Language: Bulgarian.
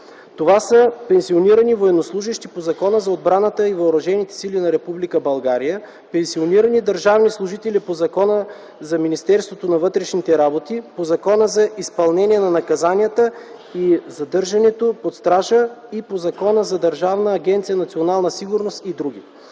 Това са пенсионирани военнослужещи по Закона за отбраната и въоръжените сили на Република България, пенсионирани държавни служители по Закона за Министерството на вътрешните работи, по Закона за изпълнение на наказанията и задържането под стража и по Закона за Държавна агенция „Национална сигурност” и други.